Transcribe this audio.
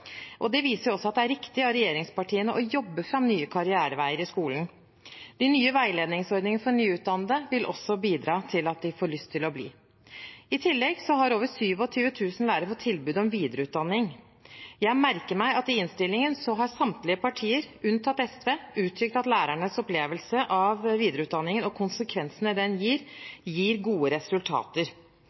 Det viser også at det er riktig av regjeringspartiene å jobbe fram nye karriereveier i skolen. De nye veiledningsordningene for nyutdannede vil også bidra til at de får lyst til å bli. I tillegg har over 27 000 lærere fått tilbud om videreutdanning. Jeg merker meg at i innstillingen har samtlige partier, unntatt SV, uttrykt at lærernes opplevelse av videreutdanningen og konsekvensene den gir, gir gode resultater.